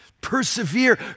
persevere